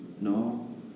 No